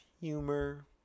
humor